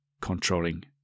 controlling